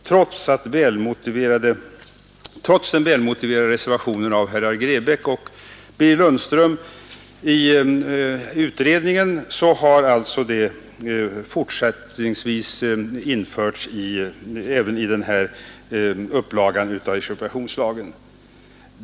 Trots den välmotiverade reservationen av herrar Grebäck och Birger Lundström i utredningen har alltså regeln införts även i den här upplagan av expropriationslagen.